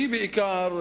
אני בעיקר,